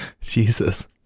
Jesus